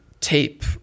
tape